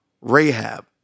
Rahab